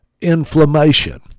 Inflammation